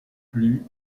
plus